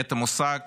את המושג